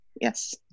yes